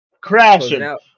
crashing